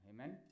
Amen